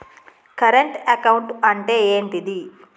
Current account అంటే ఏంటిది?